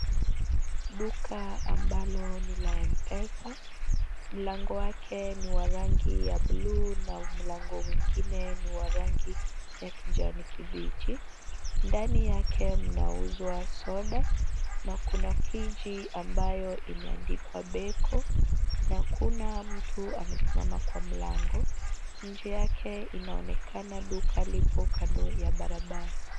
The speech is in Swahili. Duka ambalo ni la M-Pesa. Mlango wake ni wa rangi ya bluu na mlango mwingine ni wa rangi ya kijani kibichi. Ndani yake mnauzwa soda na kuna friji ambayo imeandikwa beco na kuna mtu amesimama kwa mlango. Nje yake inaonekana duka liko kando ya barabara.